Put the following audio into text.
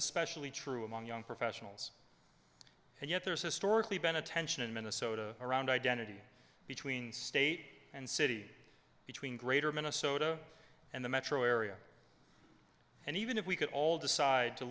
especially true among young professionals and yet there's historically been a tension in minnesota around identity between state and city between greater minnesota and the metro area and even if we could all decide to